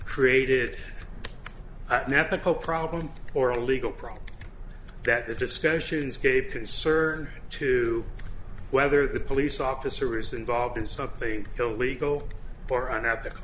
created an ethical problem or a legal problem that the discussions gave concern to whether the police officer is involved in something illegal or unethical